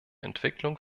entwicklung